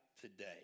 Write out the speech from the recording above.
today